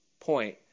point